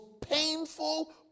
painful